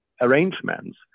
arrangements